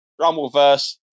Rumbleverse